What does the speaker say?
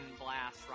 blast